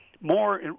more